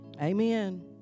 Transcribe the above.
Amen